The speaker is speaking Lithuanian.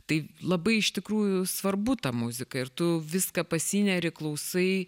tai labai iš tikrųjų svarbu ta muzika ir tu viską pasineri klausai